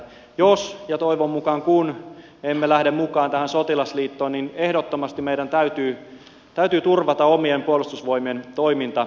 jos ja toivon mukaan kun emme lähde mukaan tähän sotilasliittoon niin ehdottomasti meidän täytyy turvata omien puolustusvoimien toimintaedellytykset